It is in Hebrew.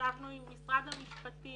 ישבנו עם משרד המשפטים